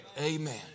Amen